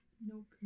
Nope